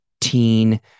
teen